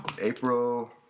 April